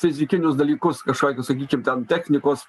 fizikinius dalykus kašokius sakykim ten technikos